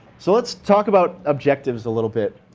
so let's talk about objectives a little bit.